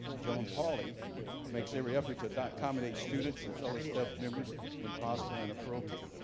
joan pauly makes every effort to accommodate students and fellows staff members when possible and appropriate.